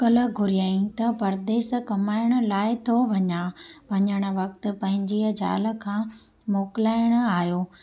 मोकिल घुरियइ त परदेसु कमाइण लाइ थो वञा वञणु वक़्ति पंहिंजी ज़ाल खां मोकिलाइण आहियो